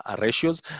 ratios